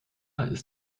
ist